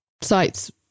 sites